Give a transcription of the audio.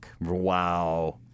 Wow